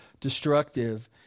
destructive